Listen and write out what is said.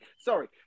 Sorry